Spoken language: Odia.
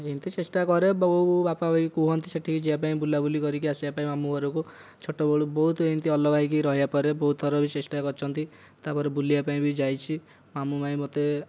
ଏମିତି ଚେଷ୍ଟା କରେ ବୋଉ ବାପା ଭାଇ କୁହନ୍ତି ସେଠିକି ଯିବା ପାଇଁ ବୁଲାବୁଲି କରିକି ଆସିବା ପାଇଁ ମାମୁଁ ଘରକୁ ଛୋଟବେଳୁ ବହୁତ ଏମିତି ଅଲଗା ହୋଇ ରହିବାପରେ ବହୁତ ଥର ଏମିତ ଚେଷ୍ଟା କରୁଛନ୍ତି ତାପରେ ବୁଲିବା ପାଇଁ ମଧ୍ୟ ଯାଇଛି ମାମୁଁ ମାଇଁ ମୋତେ